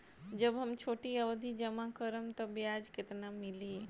जब हम छोटी अवधि जमा करम त ब्याज केतना मिली?